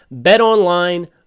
BetOnline